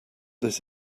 this